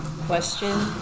question